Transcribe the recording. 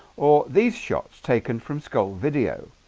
or these shots taken from skull video